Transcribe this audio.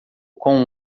com